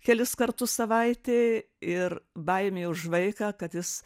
kelis kartus savaitėj ir baimė už vaiką kad jis